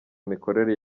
mikorere